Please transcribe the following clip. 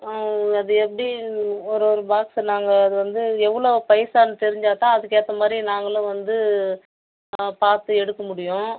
ம் அது எப்படி ஒருவொரு பாக்ஸ் நாங்கள் அது வந்து எவ்வளோ பைசான்னு தெரிஞ்சால் தான் அதுக்கேற்ற மாதிரி நாங்களும் வந்து பார்த்து எடுக்க முடியும்